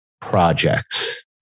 projects